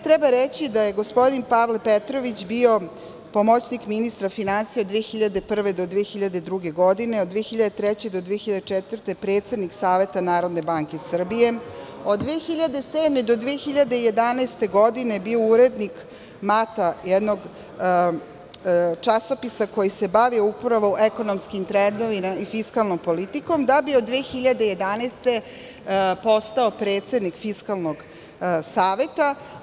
Treba reći da je gospodin Pavle Petrović bio pomoćnik ministra finansija od 2001. do 2002. godine, od 2003. do 2004. godine predsednik Saveta Narodne banke Srbije, od 2007. do 2011. godine je bio urednik „Mata“, jednog časopisa koji se upravo bavio ekonomskim trendovima i fiskalnom politikom, da bi od 2011. godine postao predsednik Fiskalnog saveta.